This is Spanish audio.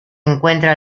encuentra